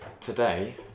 Today